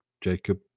Jacob